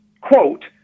quote